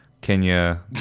Kenya